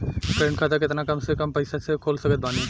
Current खाता केतना कम से कम पईसा से खोल सकत बानी?